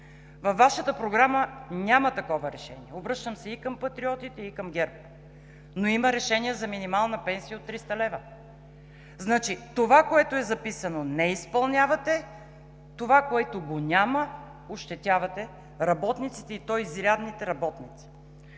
Във Вашата програма няма такова решение – обръщам се и към Патриотите, и към ГЕРБ, но има решения за минимална пенсия от 300 лв. Това, което е записано, не изпълнявате, това, което го няма, ощетявате работниците, и то изрядните работници.